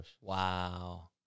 Wow